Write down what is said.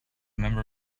member